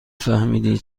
فهمیدی